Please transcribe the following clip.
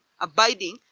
abiding